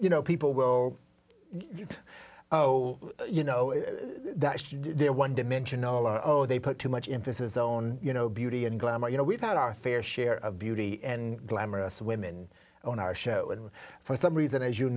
you know people will you know you know if they're one dimensional and they put too much emphasis on you know beauty and glamour you know we've had our fair share of beauty and glamorous women on our show and for some reason as you